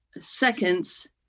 seconds